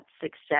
success